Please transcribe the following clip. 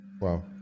Wow